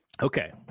Okay